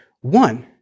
one